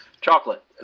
Chocolate